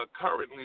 currently